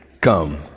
come